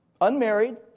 unmarried